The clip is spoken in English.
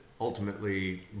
ultimately